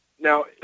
Now